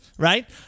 Right